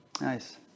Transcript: nice